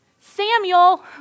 Samuel